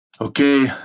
Okay